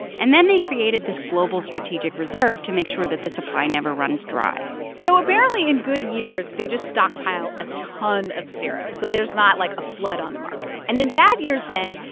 and then they created this global strategic reserve to make sure that the supply never runs dry so apparently, in good years, they just stockpile a ton of syrup so there's not, like, a flood on the market. and in bad years, then,